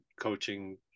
coaching